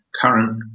current